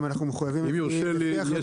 אנחנו גם מחויבים לפי החלטות